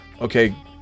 Okay